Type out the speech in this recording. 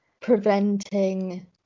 preventing